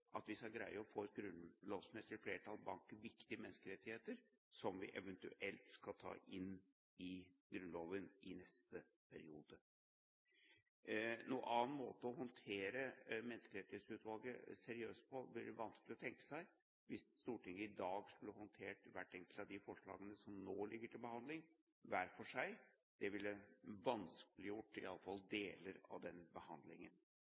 at vi skal greie å få et grunnlovsmessig flertall bak viktige menneskerettigheter som vi eventuelt skal ta inn i Grunnloven i neste periode. Noen annen måte å håndtere Menneskerettighetsutvalget seriøst på er det vanskelig å tenke seg hvis Stortinget i dag skulle håndtert hvert enkelt av de forslagene som nå ligger til behandling, hver for seg. Det ville vanskeliggjort iallfall deler av den behandlingen.